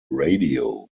radio